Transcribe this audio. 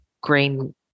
green